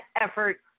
effort